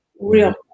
real